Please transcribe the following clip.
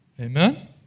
Amen